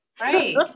Right